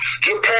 Japan